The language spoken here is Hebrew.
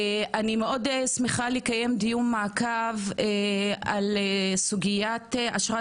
אני מאוד שמחה לקיים דיון מעקב על סוגיית אשרת